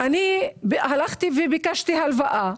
אני הלכתי וביקשתי הלוואה.